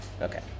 Okay